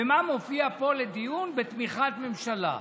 ומה מופיע פה לדיון בתמיכת ממשלה?